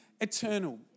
eternal